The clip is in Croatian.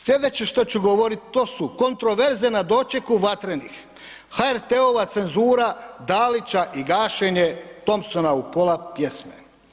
Slijedeće što ću govorit, to su kontroverze na dočeku Vatrenih, HRT-ova cenzura Dalića i gašenje Thompsona u pola pjesme.